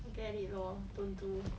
forget it lor don't do